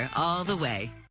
all the way.